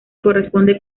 corresponde